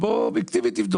תבדוק אובייקטיבית.